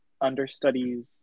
understudies